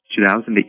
2008